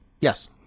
Yes